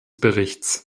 berichts